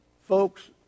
Folks